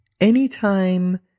Anytime